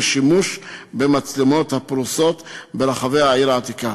ושימוש במצלמות הפרוסות ברחבי העיר העתיקה.